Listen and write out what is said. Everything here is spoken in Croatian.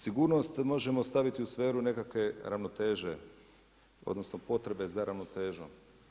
Sigurnost možemo staviti u sferu nekakve ravnoteže odnosno potrebe za ravnotežom.